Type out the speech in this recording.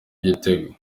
itegeko